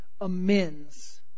amends